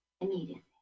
immediately